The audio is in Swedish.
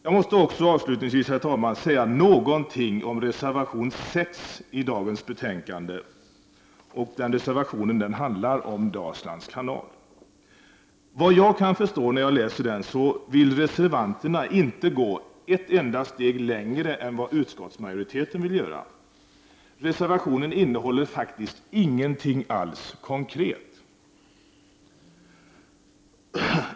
Jag måste också avslutningsvis, herr talman, säga någonting om reservation 6 vid dagens betänkande, och den reservationen handlar om Dalslands kanal. Såvitt jag kan förstå när jag läser den vill reservanterna inte gå ett enda steg längre än vad utskottsmajoriteten vill göra. Reservationen innehåller faktiskt ingenting alls konkret.